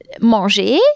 manger